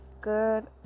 good